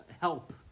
help